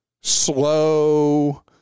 slow